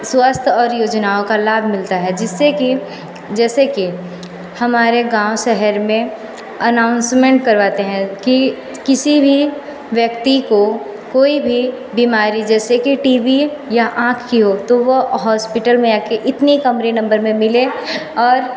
स्वस्थ्य और योजनाओं का लाभ मिलता है जिस से कि जैसे कि हमारे गाँव शहर में अनाउंसमेंट करवाते हैं कि किसी भी व्यक्ति को कोई भी बिमारी जैसे कि टी बी या आँख की तो वो हॉस्पिटल में आ कर इतने कमरे नंबर में मिले और